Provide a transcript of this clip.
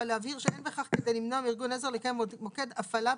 אבל להבהיר ש"אין בכך כדי למנוע מארגון עזר לקיים מוקד הפעלה,